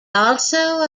also